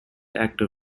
actor